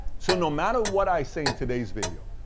so no matter what i say in today's video,